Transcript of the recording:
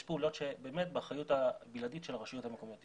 בעצם יש פעולות שבאמת באחריות הבלעדית של הרשויות המקומיות.